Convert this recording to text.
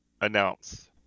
announce